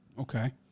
Okay